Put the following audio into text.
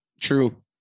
True